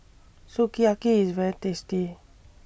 Sukiyaki IS very tasty